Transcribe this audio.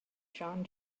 john